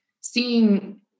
seeing